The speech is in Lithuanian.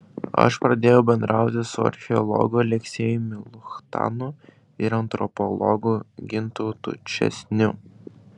aš pradėjau bendrauti su archeologu aleksejumi luchtanu ir antropologu gintautu česniu